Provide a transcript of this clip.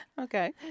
Okay